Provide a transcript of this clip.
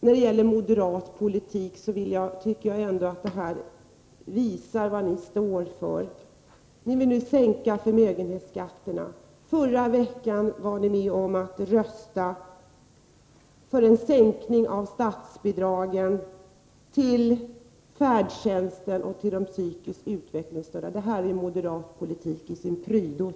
När det gäller moderat politik: Ni vill sänka förmögenhetsskatterna, och förra veckan var ni med om att rösta för en sänkning av statsbidragen till färdtjänsten och till de psykiskt utvecklingsstörda. Det tycker jag är moderat politik i sin prydno.